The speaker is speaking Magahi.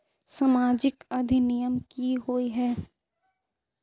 सामाजिक अधिनियम की होय है?